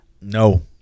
no